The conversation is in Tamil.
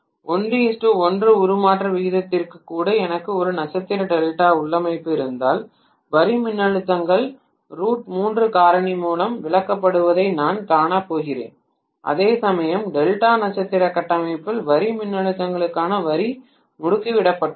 1 1 உருமாற்ற விகிதத்திற்கு கூட எனக்கு ஒரு நட்சத்திர டெல்டா உள்ளமைவு இருந்தால் வரி மின்னழுத்தங்கள் காரணி மூலம் விலகப்படுவதை நான் காணப்போகிறேன் அதேசமயம் டெல்டா நட்சத்திர கட்டமைப்பில் வரி மின்னழுத்தங்களுக்கான வரி முடுக்கிவிடப்படுகிறது